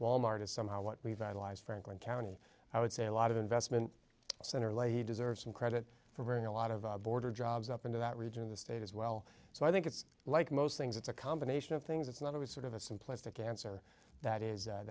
wal mart is somewhat revitalized franklin county i would say a lot of investment center lady deserves some credit for in a lot of border jobs up into that region of the state as well so i think it's like most things it's a combination of things it's not always sort of a simplistic answer that is that